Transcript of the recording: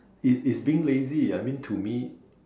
is is being lazy I mean to me